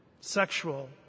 sexual